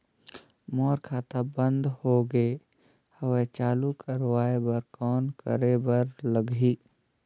मोर खाता बंद हो गे हवय चालू कराय बर कौन करे बर लगही?